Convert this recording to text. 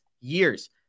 years